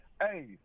Hey